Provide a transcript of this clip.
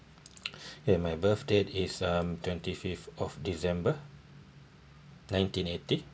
ya my birthday is um twenty fifth of december nineteen eighty